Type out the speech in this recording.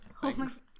Thanks